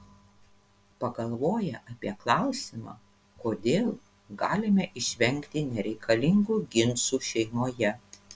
pagalvoję apie klausimą kodėl galime išvengti nereikalingų ginčų šeimoje